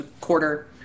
quarter